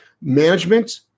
management